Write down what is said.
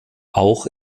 auch